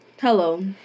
Hello